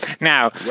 Now